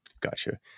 gotcha